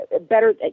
better